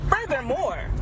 furthermore